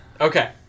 Okay